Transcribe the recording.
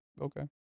Okay